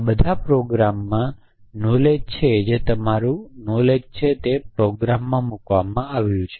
આ બધા પ્રોગ્રામ્સમાં નોલેજ છે જે તમારું નોલેજ છે તે પ્રોગ્રામમાં મૂકવામાં આવ્યું છે